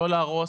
לא להרוס.